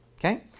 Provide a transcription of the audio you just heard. Okay